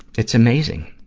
it's amazing.